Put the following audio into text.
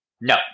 No